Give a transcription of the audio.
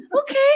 okay